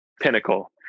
pinnacle